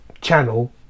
channel